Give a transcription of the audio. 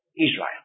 Israel